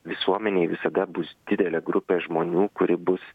visuomenėj visada bus didelė grupė žmonių kuri bus